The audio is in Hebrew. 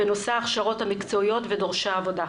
בנושא הכשרות מקצועיות ודורשי עבודה.